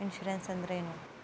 Insurance ಅಂದ್ರೇನು?